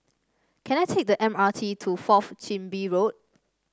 can I take the M R T to Fourth Chin Bee Road